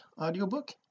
audiobook